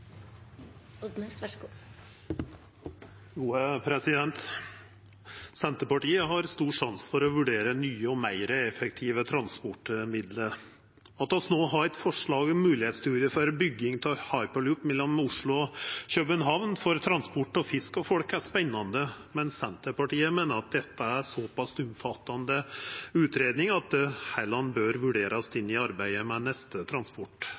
Senterpartiet har stor sans for å vurdera nye og meir effektive transportmiddel. At vi no har eit forslag om muligheitsstudie for bygging av hyperloop mellom Oslo og København for transport av fisk og folk, er spennande, men Senterpartiet meiner at dette er ei såpass omfattande utgreiing at det bør vurderast inn i arbeidet med neste